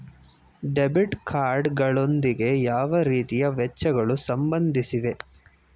Debit card ಗಳೊಂದಿಗೆ ಯಾವ ರೀತಿಯ ವೆಚ್ಚಗಳು ಸಂಬಂಧಿಸಿವೆ?